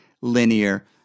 linear